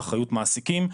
באחריות מעסיקים,